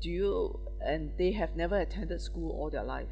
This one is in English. do you and they have never attended school all their life